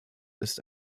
ist